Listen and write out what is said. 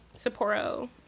sapporo